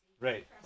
Right